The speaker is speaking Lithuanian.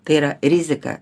tai yra rizika